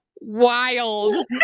wild